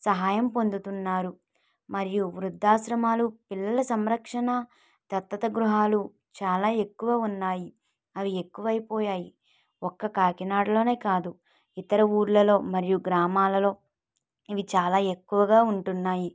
సహాయం పొందుతున్నారు మరియు వృద్ధాశ్రమాలు పిల్లల సంరక్షణ దత్తత గృహాలు చాలా ఎక్కువ ఉన్నాయి అవి ఎక్కువైపోయాయి ఒక్క కాకినాడలో కాదు ఇతర ఊళ్ళలో మరియు గ్రామాలలో ఇవి చాలా ఎక్కువగా ఉంటున్నాయి